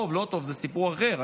טוב, לא טוב, זה סיפור אחר.